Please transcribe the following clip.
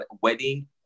wedding